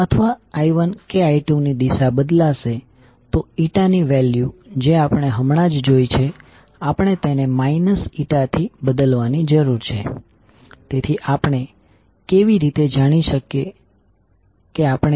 હવે કેટલીક સર્કિટ્સને સોલ્વ કરીએ જેથી આપણે સમજી શકીએ કે તમે આપણા સર્કિટ એનાલીસીસ માં મ્યુચ્યુઅલ ઇન્ડક્ટન્સ ને કેવી રીતે સમાવી શકો છો